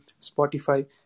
Spotify